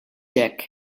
hekk